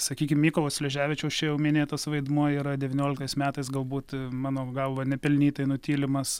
sakykim mykolo sleževičiaus čia jau minėtas vaidmuo yra devynioliktais metais galbūt mano galva nepelnytai nutylimas